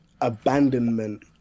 abandonment